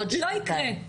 לא יקרה,